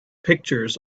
pictures